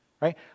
right